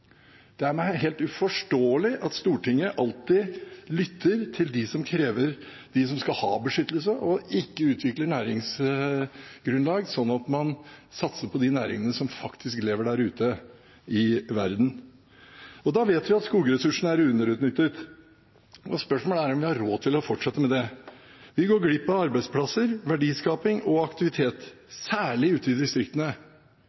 Det er meg helt uforståelig at Stortinget alltid lytter til dem som skal ha beskyttelse, og ikke utvikler næringsgrunnlag sånn at man satser på de næringene som faktisk lever der ute i verden. Vi vet at skogressursene er underutnyttet. Spørsmålet er om vi har råd til å fortsette med det. Vi går glipp av arbeidsplasser, verdiskaping og